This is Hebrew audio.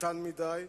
קטן מדי.